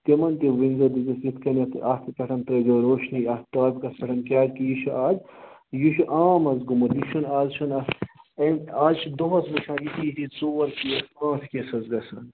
تِمَن تہِ ؤنۍ زیو دٔپۍ زِیوکھ یِتھ کٔنٮ۪تھ اَتھ پٮ۪ٹھَن ترٲے زیو روشنی اَتھ ٹاپِکَس پٮ۪ٹھَن کیازِ کہِ یہِ چھُ آز یہِ چھُ عام آز گومُت یہِ چھُنہٕ آز چھُنہٕ اَتھ ایم آز چھِ دۄہَس یِتھی یِتھی ژور کیس پانژھ کیس حظ گَژھان